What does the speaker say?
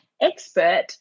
expert